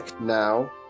now